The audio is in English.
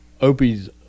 Opie's